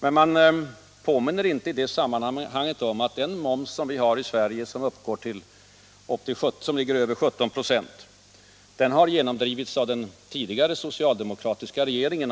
Men man påminner inte i det sammanhanget om att den moms som vi har i Sverige på över 17 96 har genomdrivits av den tidigare socialdemokratiska regeringen.